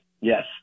yes